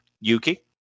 Yuki